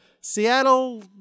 Seattle